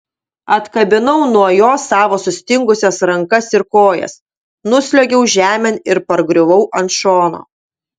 atkabinau nuo jo savo sustingusias rankas ir kojas nusliuogiau žemėn ir pargriuvau ant šono